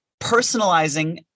personalizing